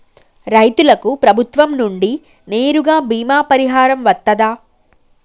రైతులకు ప్రభుత్వం నుండి నేరుగా బీమా పరిహారం వత్తదా?